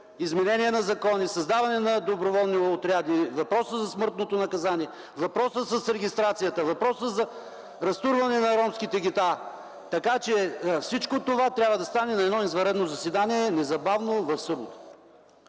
изменения на закони, създаване на доброволни отряди, въпроса за смъртното наказание, въпроса с регистрацията, въпроса за разтурване на ромските гета. Всичко това трябва да стане в едно извънредно заседание незабавно в събота.